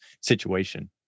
situation